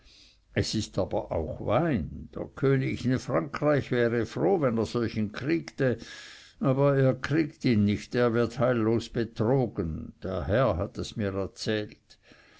es ist aber auch wein der könig in frankreich wäre froh wenn er solchen kriegte aber er kriegt ihn nicht der wird heillos betrogen der herr hat es mir erzählt